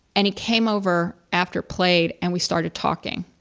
and he came over after played and we started talking.